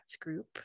group